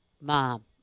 mom